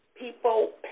people